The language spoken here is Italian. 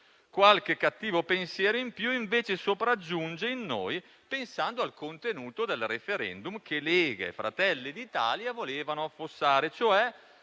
Qualche cattivo pensiero in più, però, sopraggiunge in noi pensando al contenuto del *referendum* che Lega e Fratelli d'Italia volevano affossare, cioè